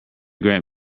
great